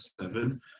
Seven